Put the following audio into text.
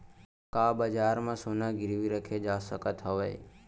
का बजार म सोना गिरवी रखे जा सकत हवय?